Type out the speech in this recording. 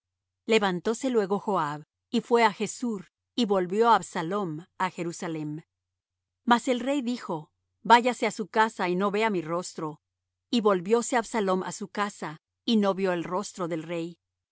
dicho levantóse luego joab y fué á gessur y volvió á absalom á jerusalem mas el rey dijo váyase á su casa y no vea mi rostro y volvióse absalom á su casa y no vió el rostro del rey